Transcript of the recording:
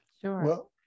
Sure